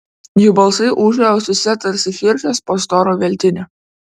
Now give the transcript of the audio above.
jų balsai ūžė ausyse tarsi širšės po storu veltiniu